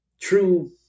true